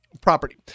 property